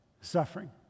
suffering